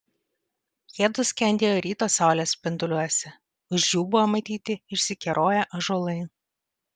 jiedu skendėjo ryto saulės spinduliuose už jų buvo matyti išsikeroję ąžuolai